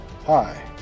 Hi